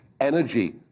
energy